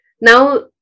Now